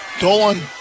Dolan